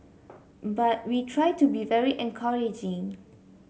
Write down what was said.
but we try to be very encouraging